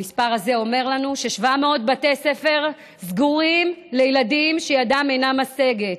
המספר הזה אומר לנו ש-700 בתי ספר סגורים לילדים שידם אינה משגת.